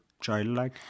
childlike